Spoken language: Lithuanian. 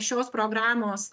šios programos